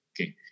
Okay